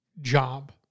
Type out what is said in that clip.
job